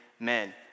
amen